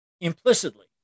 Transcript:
implicitly